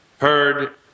heard